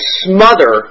smother